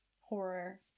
horror